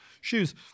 shoes